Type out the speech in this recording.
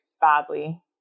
badly